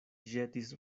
ĵetis